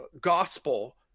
Gospel